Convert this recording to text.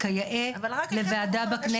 נבחן אותן כיאה לוועדה בכנסת.